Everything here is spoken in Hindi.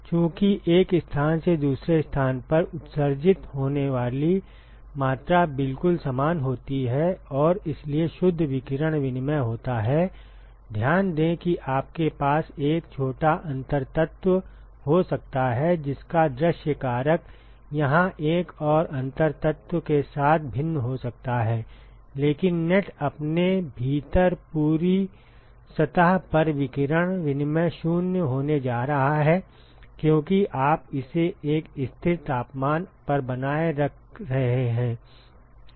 चूंकि एक स्थान से दूसरे स्थान पर उत्सर्जित होने वाली मात्रा बिल्कुल समान होती है और इसलिए शुद्ध विकिरण विनिमय होता है ध्यान दें कि आपके पास एक छोटा अंतर तत्व हो सकता है जिसका दृश्य कारक यहां एक और अंतर तत्व के साथ भिन्न हो सकता है लेकिन नेट अपने भीतर पूरी सतह पर विकिरण विनिमय 0 होने जा रहा है क्योंकि आप इसे एक स्थिर तापमान पर बनाए रख रहे हैं